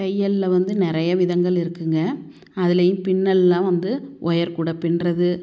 தையலில் வந்து நிறைய விதங்கள் இருக்குதுங்க அதுலேயும் பின்னல்லாம் வந்து ஒயர் கூட பின்னுறது